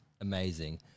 amazing